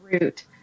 route